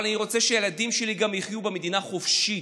אבל אני רוצה שהילדים שלי גם יחיו במדינה חופשית,